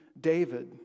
David